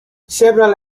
several